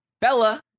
Bella